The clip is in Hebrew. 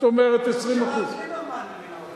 זאת אומרת 20%. חשבתי שרק ליברמן מבין ערבית,